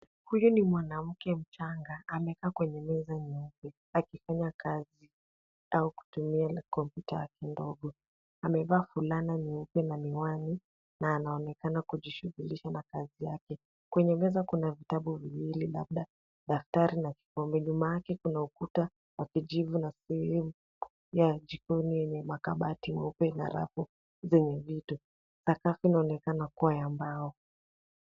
Huyu ni mwanamke mchanga. Amekaa kwenye meza nyeupe akifanya kazi au kutumia kompyuta yake ndogo. Amevaa fulana nyeupe na miwani na anaonekana kujishughulisha na kazi yake. Kwenye meza kuna vitabu viwili, labda daftari na kikombe. Nyuma yake, ukuta wa kijivu na kioevu ya jikoni yenye makabati nyeupe na rafu zenye vitu. Sakafu inaonekana kuwa ya mbao.